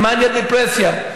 במאניה דפרסיה,